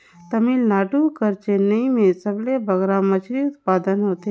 तमिलनाडु कर चेन्नई में सबले बगरा मछरी उत्पादन होथे